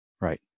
Right